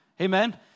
Amen